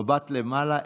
מבט למעלה.